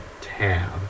tab